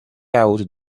out